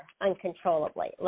uncontrollably